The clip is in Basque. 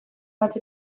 bat